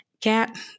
cat